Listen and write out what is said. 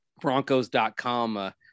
Broncos.com